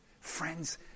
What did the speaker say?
Friends